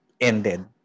ended